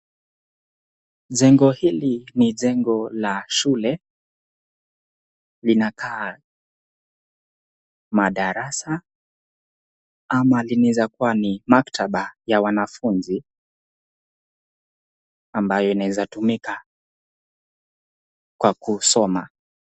Jengo hili ni jengo la shule, linakaa madarasa ama linaweza kuwa ni maktaba ya wanafunzi, ambayo inawezatumika kwa kusoma.